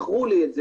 מכרו לי את זה.